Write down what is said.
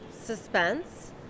suspense